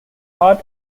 heart